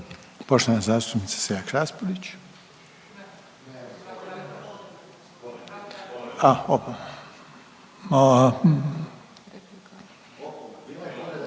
Poštovana zastupnica Selak Raspudić.